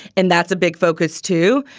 and that's a big focus, too.